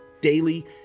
daily